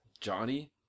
Johnny